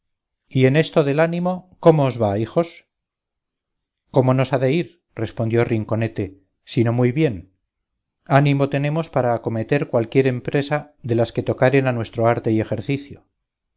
y en esto del ánimo cómo os va hijos cómo nos ha de ir respondió rinconete sino muy bien ánimo tenemos para acometer cualquiera empresa de las que tocaren a nuestro arte y ejercicio